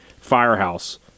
Firehouse